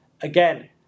again